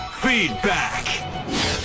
Feedback